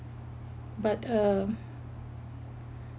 but uh